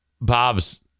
Bob's